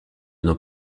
nos